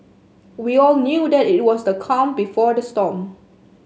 we all knew that it was the calm before the storm